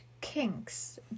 kinks